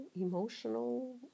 Emotional